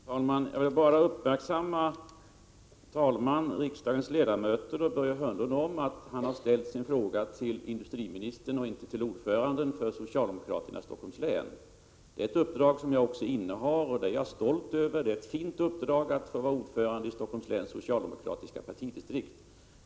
Herr talman! Jag vill bara uppmärksamma talmannen, riksdagens ledamöter och Börje Hörnlund på att Börje Hörnlund har ställt sin fråga till industriministern och inte till ordföranden för socialdemokraterna i Stockholms län. Den sistnämnda funktionen är visserligen ett uppdrag som jag också innehar, och det är jag stolt över; det är ett fint uppdrag att få vara ordförande i Stockholms läns socialdemokratiska partidistrikt.